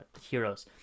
heroes